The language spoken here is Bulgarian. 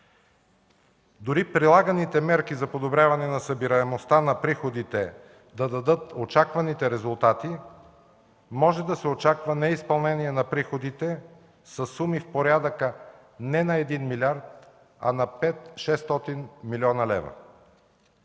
Дори прилаганите мерки за подобряване на събираемостта на приходите да дадат очакваните резултати, може да се очаква неизпълнение на приходите със суми в порядъка не на 1 милиард, а на 500-600 млн. лв.